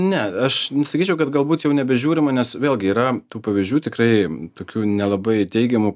ne aš sakyčiau kad galbūt jau nebežiūrima nes vėlgi yra tų pavyzdžių tikrai tokių nelabai teigiamų